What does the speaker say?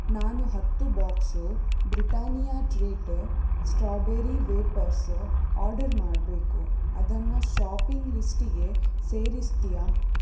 ನಾನು ಹತ್ತು box Britannia treat strawberry wafers order ಮಾಡಬೇಕು ಅದನ್ನು ಷಾಪಿಂಗ್ ಲಿಸ್ಟಿಗೆ ಸೇರಿಸ್ತೀಯಾ